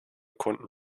kunden